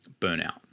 burnout